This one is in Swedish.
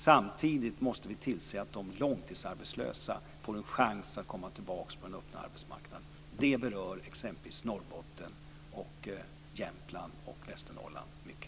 Samtidigt måste vi tillse att de långtidsarbetslösa får en chans att komma tillbaka på den öppna arbetsmarknaden. Det berör exempelvis Norrbotten, Jämtland och Västernorrland mycket.